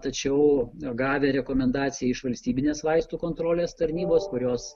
tačiau gavę rekomendaciją iš valstybinės vaistų kontrolės tarnybos kurios